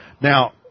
Now